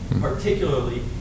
particularly